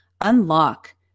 unlock